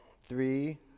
Three